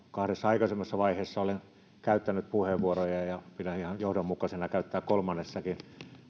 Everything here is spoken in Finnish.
kahdessa aikaisemmassa vaiheessa olen käyttänyt puheenvuoroja ja pidän ihan johdonmukaisena käyttää kolmannessakin